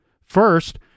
first